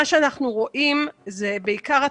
גם כאן מה שאנחנו רואים זה בעיקר את